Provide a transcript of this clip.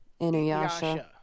Inuyasha